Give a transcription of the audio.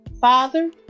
Father